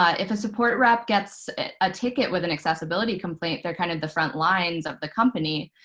ah if a support rep gets a ticket with an accessibility complaint, they're kind of the front lines of the company.